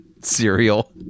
cereal